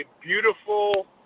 beautiful